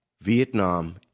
Vietnam